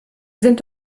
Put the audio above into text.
sind